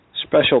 special